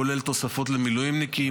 כולל תוספות למילואימניקים,